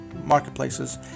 marketplaces